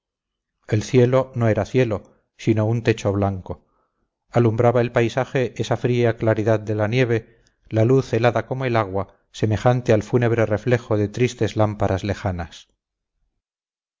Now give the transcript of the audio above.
el cielo no era cielo sino un techo blanco alumbraba el paisaje esa fría claridad de la nieve la luz helada como el agua semejante al fúnebre reflejo de tristes lámparas lejanas